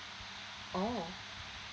oh